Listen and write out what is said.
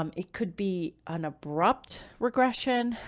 um it could be an abrupt regression.